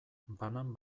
banan